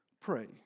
pray